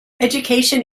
education